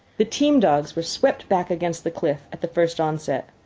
the team-dogs were swept back against the cliff at the first onset.